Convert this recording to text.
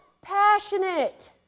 passionate